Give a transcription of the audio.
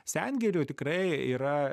sengirių tikrai yra